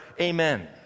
Amen